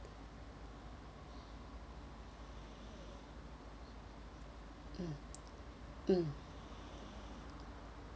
mm mm